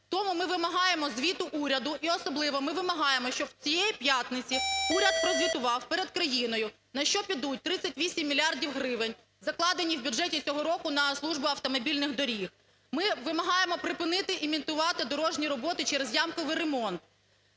Тому ми вимагаємо звіт уряду і особливо ми вимагаємо, щоб цієї п'ятниці уряд прозвітував перед країною, на що підуть 38 мільярдів гривень, закладені в бюджеті цього року на Службу автомобільних доріг. Ми вимагаємо припинити імітувати дорожні роботи через ямковий ремонт,